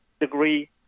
degree